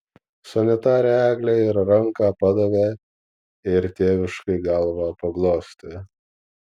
sanitarei eglei ir ranką padavė ir tėviškai galvą paglostė